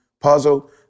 puzzle